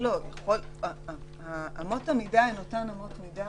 לא, אמות המידה הן אותן אמות מידה